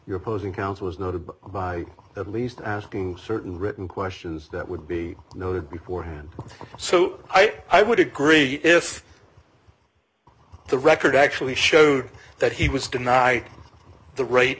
your opposing counsel is noted by at least asking certain written questions that would be noted before hand so i would agree if the record actually showed that he was denied the r